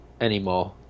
anymore